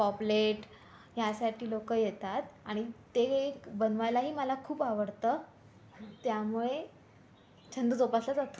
पॉपलेट ह्यासाठी लोकं येतात आणि ते बनवायलाही मला खूप आवडतं त्यामुळे छंद जोपासला जा